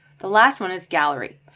the last one is gallery.